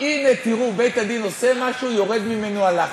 הנה תראו, בית-הדין עושה משהו, יורד ממנו הלחץ.